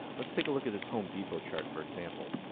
let's take a look at this home depot chart, for example.